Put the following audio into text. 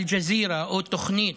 אל-ג'זירה או תוכנית